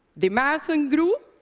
the marathon grew.